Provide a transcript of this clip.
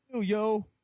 yo